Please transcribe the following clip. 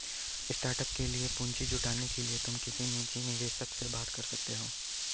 startup के लिए पूंजी जुटाने के लिए तुम किसी निजी निवेशक से बात कर सकते हो